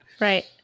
Right